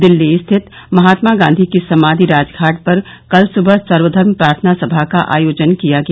दिल्ली स्थित महात्मा गांधी की समाधि राजघाट पर कल सुबह सर्वधर्म प्रार्थना सभा का आयोजन किया गया